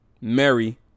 Mary